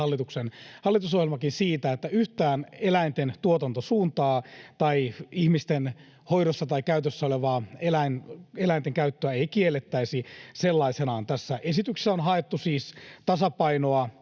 hallitusohjelmakin, siitä, että yhtään eläinten tuotantosuuntaa tai ihmisten hoidossa tai käytössä olevien eläinten käyttöä ei kiellettäisi sellaisenaan. Tässä esityksessä on haettu siis ikään